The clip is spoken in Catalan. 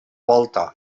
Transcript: volta